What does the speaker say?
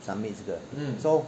submit 这个 so